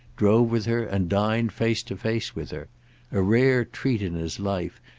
drove with her and dined face-to-face with her a rare treat in his life,